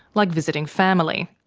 like visiting family.